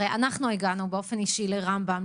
הרי אנחנו הגענו באופן אישי לרמב"ם,